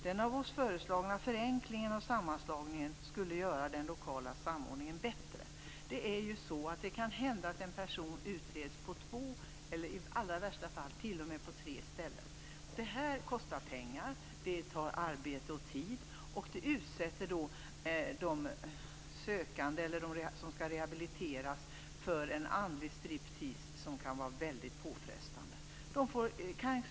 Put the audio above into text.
Den av oss föreslagna förenklingen av sammanslagningen skulle göra den lokala samordningen bättre. Det kan hända att en person utreds på två eller i värsta fall tre ställen. Det här kostar pengar, tar arbete och tid och utsätter de sökande eller dem som skall rehabiliteras för en andlig striptease, som kan vara väldigt påfrestande.